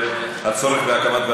נעבור להצעה לסדר-היום בנושא: הצורך בהקמת